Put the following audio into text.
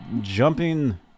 jumping